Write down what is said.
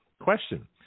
question